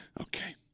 Okay